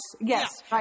Yes